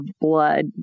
blood